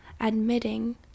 admitting